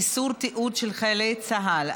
איסור תיעוד של חיילי צה"ל),